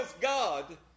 God